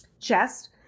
chest